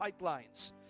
pipelines